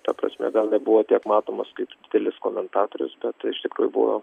ta prasme gal nebuvo tiek matomas kaip didelis komentatorius bet iš tikrųjų buvo